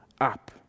up